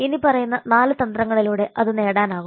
ഇനിപ്പറയുന്ന നാല് തന്ത്രങ്ങളിലൂടെ ഇത് നേടാനാകും